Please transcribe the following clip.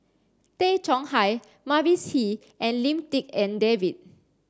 Tay Chong Hai Mavis Hee and Lim Tik En David